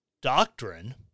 Doctrine